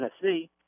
Tennessee